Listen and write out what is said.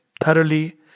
thoroughly